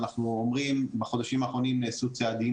אנחנו רואים שבחודשים האחרונים נעשו צעדים